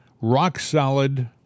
rock-solid